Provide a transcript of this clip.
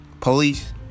Police